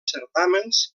certàmens